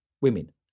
women